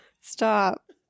stop